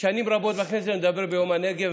שנים רבות בכנסת אני מדבר ביום הנגב,